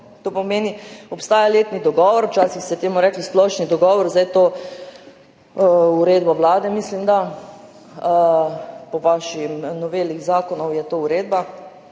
To pomeni, obstaja letni dogovor, včasih se je temu reklo splošni dogovor, zdaj je to uredba Vlade, mislim da, po vaši noveli zakonov je to uredba.